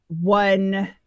one